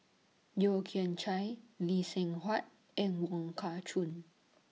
Yeo Kian Chai Lee Seng Huat and Wong Kah Chun